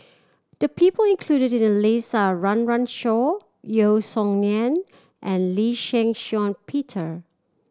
the people included in the list are Run Run Shaw Yeo Song Nian and Lee Shih Shiong Peter